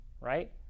right